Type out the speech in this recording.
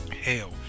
hell